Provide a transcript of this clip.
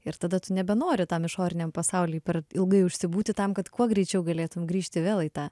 ir tada tu nebenori tam išoriniam pasauly per ilgai užsibūti tam kad kuo greičiau galėtum grįžti vėl į tą